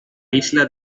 isla